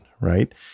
right